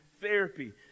therapy